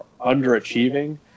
underachieving